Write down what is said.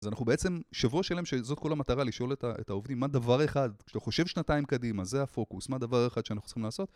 אז אנחנו בעצם שבוע שלם, שזאת כל המטרה, לשאול את העובדים מה דבר אחד, כשאתה חושב שנתיים קדימה, זה הפוקוס, מה הדבר האחד שאנחנו צריכים לעשות.